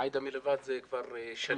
עאידה מלווה את הנושא הזה כבר שנים.